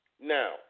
Now